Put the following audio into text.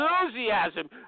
enthusiasm